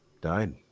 died